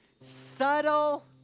subtle